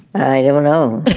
i don't know.